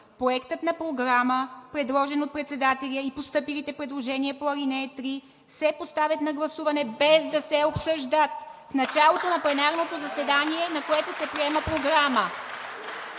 „Проектът на програма, предложен от председателя и постъпилите предложения по ал. 3 се поставят на гласуване, без да се об-съж-дат в началото на пленарното заседание, на което се приема Програма.“